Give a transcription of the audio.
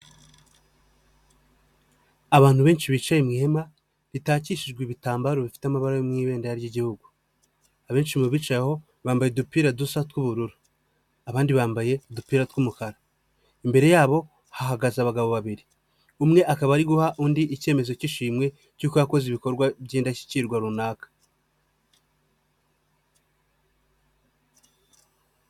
Abantu benshi bicaye mu ihema ritakishijwe ibitambaro bifite amabara yo mu ibendera ry'igihugu, abenshi mu bicayeho bambaye udupira dusa tw'ubururu, abandi bambaye udupira tw'umukara. lmbere yabo hahagaze abagabo babiri umwe akaba ari guha undi icyemezo cy'ishimwe cy'uko yakoze ibikorwa by'indashyikirwa runaka.